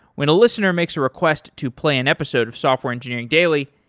when a listener makes a request to play an episode of software engineering daily,